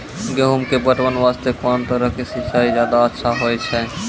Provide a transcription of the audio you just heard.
गेहूँ के पटवन वास्ते कोंन तरह के सिंचाई ज्यादा अच्छा होय छै?